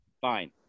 fine